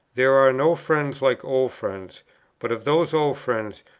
there are no friends like old friends but of those old friends,